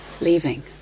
leaving